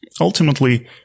Ultimately